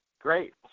Great